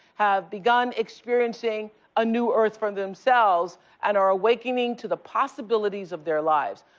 have begun experiencing a new earth for themselves and are awakening to the possibilities of their lives.